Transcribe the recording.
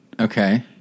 Okay